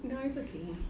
no it's okay